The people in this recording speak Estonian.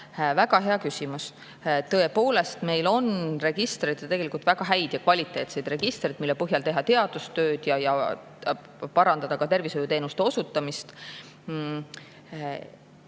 väga hea küsimus! Tõepoolest, meil on tegelikult väga häid ja kvaliteetseid registreid, mille põhjal teha teadustööd ja parandada ka tervishoiuteenuste osutamist.